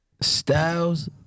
Styles